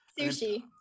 sushi